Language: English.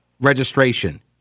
registration